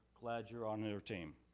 glad you are on our team.